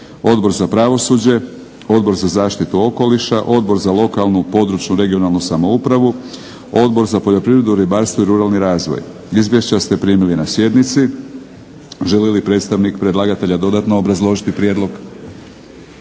Odbor za pravosuđe, Odbor za zaštitu okoliša, Odbor za lokalnu, područnu (regionalnu) samoupravu, Odbor za poljoprivredu, ribarstvo i ruralni razvoj. Izvješća ste primili na sjednici. Želi li predstavnik predlagatelja dodatno obrazložiti prijedlog?